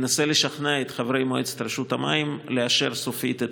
ואנסה לשכנע את חברי מועצת רשות המים לאשר סופית את